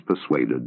persuaded